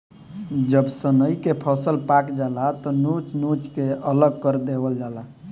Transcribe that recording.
जब सनइ के फसल पाक जाला त नोच नोच के अलग कर देवल जाला